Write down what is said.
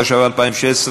התשע"ו 2016,